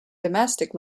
domestic